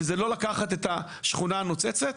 וזה לא לקחת את השכונה הנוצצת,